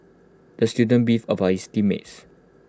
the student beefed about his team mates